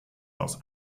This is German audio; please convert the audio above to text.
aus